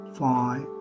five